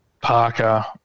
Parker